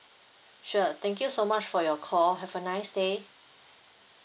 sure thank you so much for your call have a nice day